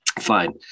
Fine